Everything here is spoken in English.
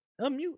Unmute